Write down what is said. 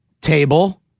Table